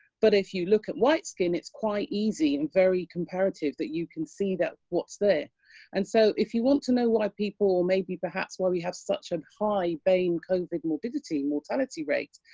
but if you look at white skin it's quite easy and very comparative that you can see that what's there and so if you want to know why people, or maybe perhaps why we have such a high bame covid, morbidity, mortality rate,